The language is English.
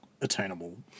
attainable